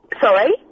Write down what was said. Sorry